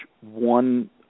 one